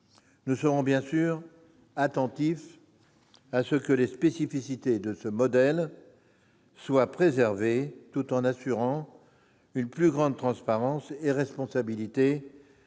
Nous serons bien sûr attentifs à ce que les spécificités de ce modèle soient préservées, tout en assurant une plus grande transparence et une plus